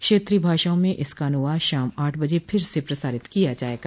क्षेत्रीय भाषाओं में इसका अन्वाद शाम आठ बजे फिर से प्रसारित किया जायेगा